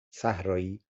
صحرایی